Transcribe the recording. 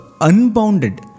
unbounded